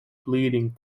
bleeding